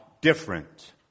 different